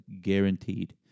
guaranteed